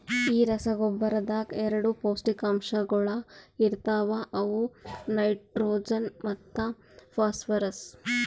ಈ ರಸಗೊಬ್ಬರದಾಗ್ ಎರಡ ಪೌಷ್ಟಿಕಾಂಶಗೊಳ ಇರ್ತಾವ ಅವು ನೈಟ್ರೋಜನ್ ಮತ್ತ ಫಾಸ್ಫರ್ರಸ್